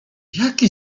jaki